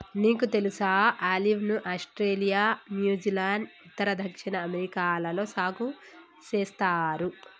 నీకు తెలుసా ఆలివ్ ను ఆస్ట్రేలియా, న్యూజిలాండ్, ఉత్తర, దక్షిణ అమెరికాలలో సాగు సేస్తారు